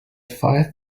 five